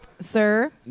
Sir